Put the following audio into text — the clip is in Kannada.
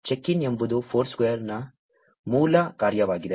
ಚೆಕ್ ಇನ್ ಎಂಬುದು ಫೋರ್ಸ್ಕ್ವೇರ್ನ ಮೂಲ ಕಾರ್ಯವಾಗಿದೆ